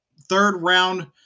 third-round